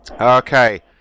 Okay